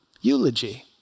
Eulogy